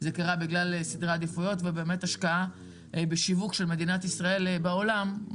זה קרה בגלל סדרי עדיפות והשקעה בשיווק של מדינת ישראל בעולם,